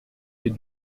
des